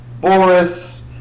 Boris